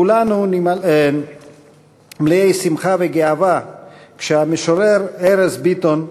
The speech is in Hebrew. כולנו נמלאנו שמחה וגאווה כשהמשורר ארז ביטון,